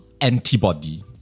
antibody